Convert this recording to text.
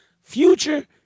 future